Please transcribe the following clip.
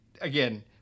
again